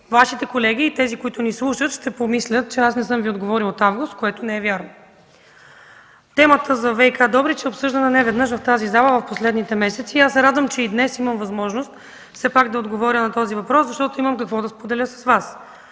Вашите колеги и тези, които ни слушат, ще помислят че не съм Ви отговорила от месец август, което не е вярно. Темата за ВиК Добрич е обсъждана неведнъж в тази зала в последните месеци. Радвам се, че и днес имам възможност да отговоря на този въпрос, защото имам какво да споделя с Вас.